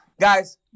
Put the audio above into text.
guys